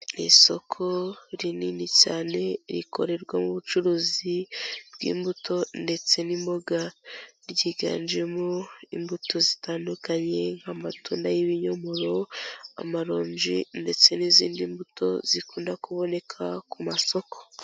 Isoko rinini cyane rikorerwamo ubucuruzi bw'imbuto ndetse n'imboga, ryiganjemo imbuto zitandukanye nk'amatunda, ibinyomoro, amaronji, ndetse n'izindi mbuto zikunda kuboneka ku masoko.